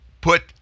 put